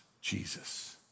Jesus